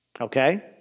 okay